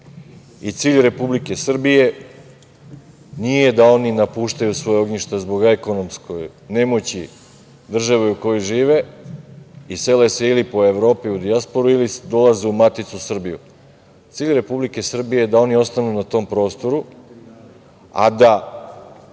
Cilj Republike Srbije nije da oni napuštaju svoja ognjišta zbog ekonomske nemoći države u kojoj žive i sele se po Evropi, u dijasporu ili dolaze u maticu Srbiju, cilj Republike Srbije je da oni ostanu na tom prostoru, a da